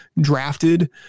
drafted